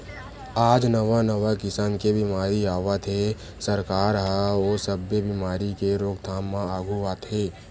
आज नवा नवा किसम के बेमारी आवत हे, सरकार ह ओ सब्बे बेमारी के रोकथाम म आघू आथे